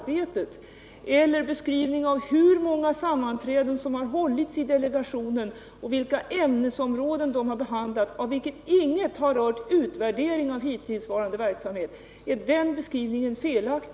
Eller har jag givit en felaktig beskrivning av hur många sammanträden som har hållits i delegationen och vilka ämnesområden den har behandlat, av vilka inget har rört utvärdering av hittillsvarande verksamhet?